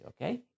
okay